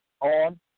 on